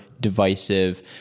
divisive